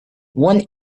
one